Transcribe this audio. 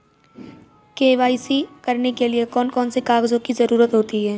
KYC करने के लिए कौन कौन से कागजों की जरूरत होती है?